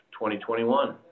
2021